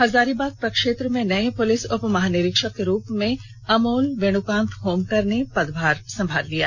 हजारीबाग प्रक्षेत्र में नए पुलिस उप महानिरीक्षक के रूप में अमोल बीनूकांत होनकर ने पदभार संभाल लिया